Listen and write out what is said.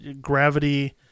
gravity